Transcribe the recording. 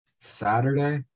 Saturday